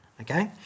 okay